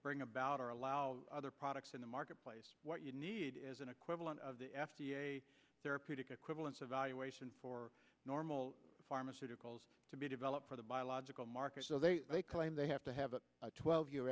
bring about or allow other products in the marketplace what you need is an equivalent of the f d a therapeutic equivalence evaluation for normal pharmaceuticals to be developed for the biological markers so they may claim they have to have a twelve year